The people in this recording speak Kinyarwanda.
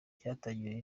cyatangiwe